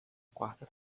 quarta